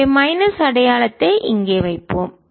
எனவே மைனஸ் அடையாளத்தை இங்கே வைப்போம்